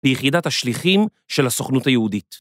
ביחידת השליחים של הסוכנות היהודית.